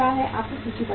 आपकी सूची बढ़ रही है